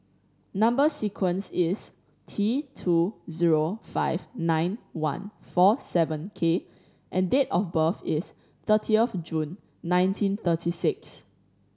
number sequence is T two zero five nine one four seven K and date of birth is thirty of June nineteen thirty six